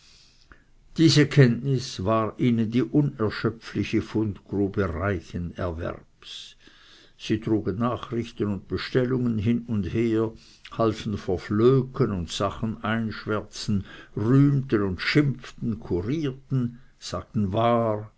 diese kenntnis war ihnen die unerschöpfliche fundgrube reichen erwerbs sie trugen nachrichten und bestellungen hin und her halfen verflöcken und sachen einschwärzen rühmten und schimpften kurierten sagten wahr